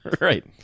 Right